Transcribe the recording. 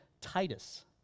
Titus